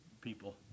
people